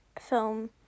film